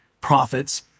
profits